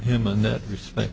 him in that respect